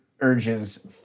urges